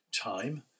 time